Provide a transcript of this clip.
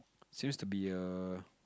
seems to be a